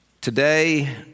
Today